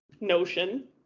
notion